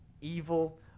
evil